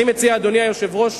אני מציע, אדוני היושב-ראש,